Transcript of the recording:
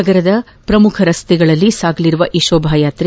ನಗರದ ಪ್ರಮುಖ ರಸ್ತೆಗಳಲ್ಲಿ ಸಾಗಲಿರುವ ಈ ಶೋಭಾ ಯಾತ್ರೆ